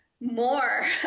more